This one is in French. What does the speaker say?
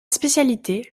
spécialité